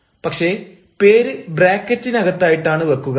പക്ഷേ പേര് ബ്രാക്കറ്റിനകത്തായിട്ടാണ് വെക്കുക